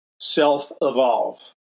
self-evolve